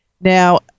Now